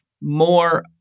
more